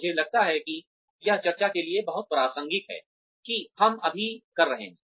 मुझे लगता है कि यह चर्चा के लिए बहुत प्रासंगिक है कि हम अभी कर रहे हैं